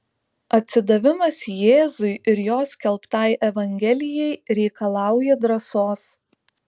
atsidavimas jėzui ir jo skelbtai evangelijai reikalauja drąsos